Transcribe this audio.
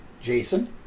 jason